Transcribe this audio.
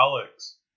Alex